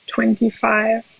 Twenty-five